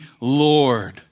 Lord